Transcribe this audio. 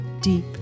deep